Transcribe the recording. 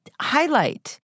highlight